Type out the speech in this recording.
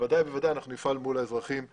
ובוודאי אנחנו נפעל מול האזרחים האלה.